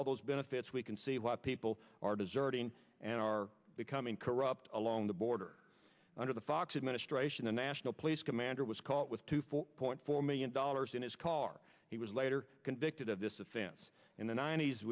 all those benefits we can see why people are deserving and are becoming corrupt along the border under the fox administration a national police commander was caught with two four point four million dollars in his car he was later convicted of this offense in the ninet